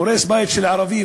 הורס בית של ערבי,